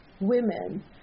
women